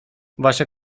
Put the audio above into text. wasze